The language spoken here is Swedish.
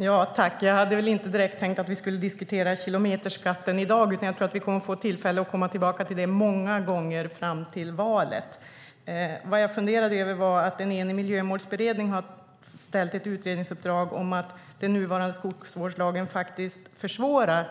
Herr talman! Jag hade inte tänkt att vi skulle diskutera kilometerskatten i dag. Jag tror att vi får tillfälle att komma tillbaka till den många gånger fram till valet. Det jag funderade över var att en enig miljömålsberedning har framställt ett utredningsuppdrag om att den nuvarande skogsvårdslagen faktiskt försvårar.